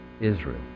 Israel